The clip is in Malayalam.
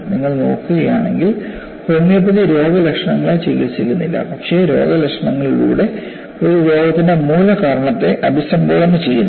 നിങ്ങൾ നോക്കുകയാണെങ്കിൽ ഹോമിയോപ്പതി രോഗലക്ഷണങ്ങളെ ചികിത്സിക്കുന്നില്ല പക്ഷേ രോഗലക്ഷണങ്ങളിലൂടെ ഒരു രോഗത്തിന്റെ മൂലകാരണത്തെ അഭിസംബോധന ചെയ്യുന്നു